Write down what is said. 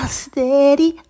steady